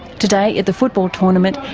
today at the football tournament,